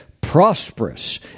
prosperous